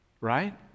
Right